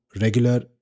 regular